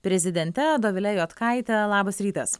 prezidente dovile juodkaite labas rytas